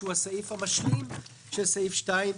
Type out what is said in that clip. שהוא הסעיף המשלים של סעיף 2: